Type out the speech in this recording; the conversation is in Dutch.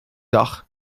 dag